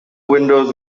windows